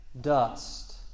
dust